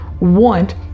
want